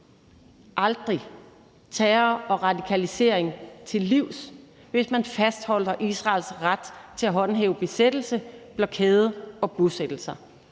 kommer terror og radikalisering til livs, hvis man fastholder Israels ret til at håndhæve besættelse, blokade og bosættelser.